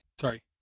Sorry